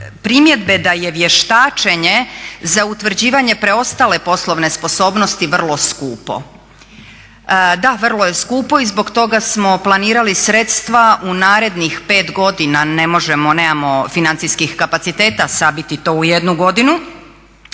primjedbe da je vještačenje za utvrđivanje preostale poslovne sposobnosti vrlo skupo. Da vrlo je skupo i zbog toga smo planirali sredstava u narednih 5 godina ne možemo, nemamo financijskih kapaciteta sabiti to u jednu godinu,